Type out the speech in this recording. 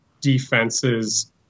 defenses